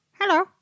hello